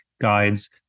guides